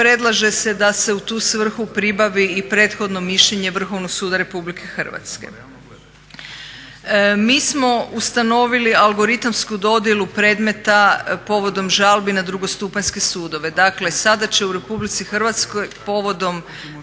predlaže se da se u tu svrhu pribavi i prethodno mišljenje Vrhovnog suda Republike Hrvatske. Mi smo ustanovili algoritamsku dodjelu predmeta povodom žalbi na drugostupanjske sudove. Dakle sada će u Republici Hrvatskoj povodom